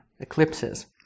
eclipses